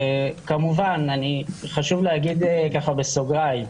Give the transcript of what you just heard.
חשוב להגיד בסוגריים,